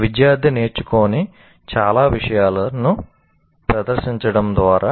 విద్యార్థి నేర్చుకోని చాలా విషయాలను ప్రదర్శించడం ద్వారా